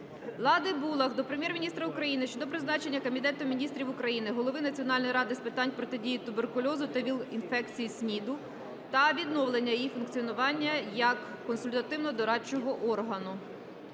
Лади Булах до Прем'єр-міністра України щодо призначення Кабінетом Міністрів України Голови Національної Ради з питань протидії туберкульозу та ВІЛ-інфекції/СНІДу та відновлення її функціонування, як консультативно-дорадчого органу.